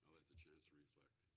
let the chancellor reflect.